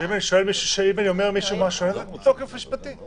ואם אני אומר למישהו משהו אין לזה תוקף משפטי?